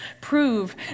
prove